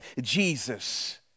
Jesus